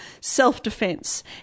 self-defense